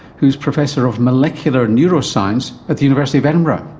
who's professor of molecular neuroscience at the university of edinburgh.